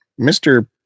Mr